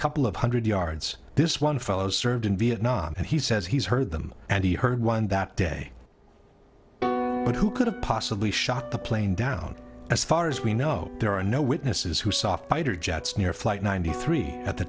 couple of hundred yards this one fellow served in vietnam and he says he's heard them and he heard one that day but who could have possibly shot the plane down as far as we know there are no witnesses who saw fighter jets near flight ninety three at the